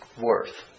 worth